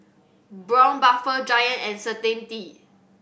Braun Buffel Giant and Certainty